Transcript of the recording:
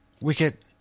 Wicket